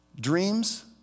Dreams